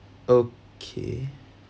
okay